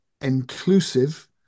inclusive